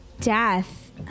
death